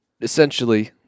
essentially